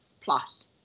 plus